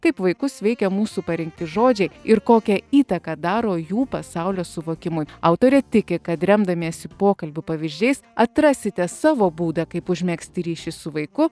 kaip vaikus veikia mūsų parinkti žodžiai ir kokią įtaką daro jų pasaulio suvokimui autorė tiki kad remdamiesi pokalbių pavyzdžiais atrasite savo būdą kaip užmegzti ryšį su vaiku